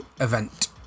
event